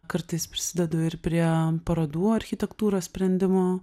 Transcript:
kartais prisidedu ir prie parodų architektūros sprendimų